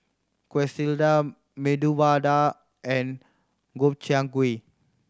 Quesadillas Medu Vada and Gobchang Gui